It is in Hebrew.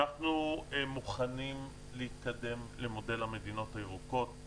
אנחנו מוכנים להתקדם למודל המדינות הירוקות.